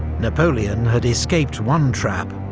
napoleon had escaped one trap,